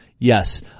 Yes